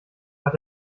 hat